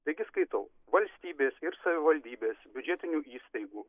taigi skaitau valstybės ir savivaldybės biudžetinių įstaigų